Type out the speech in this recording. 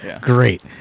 Great